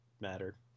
matter